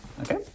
Okay